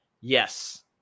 Yes